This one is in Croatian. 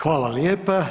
Hvala lijepa.